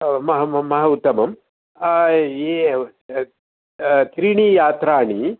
ओ मः मः उत्तमम् ये त्रीणि यात्राणि